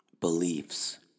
beliefs